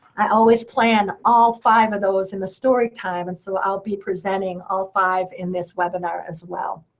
i always plan all five of those in a story time, and so i'll be presenting all five in this webinar as well.